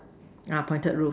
ah pointed roof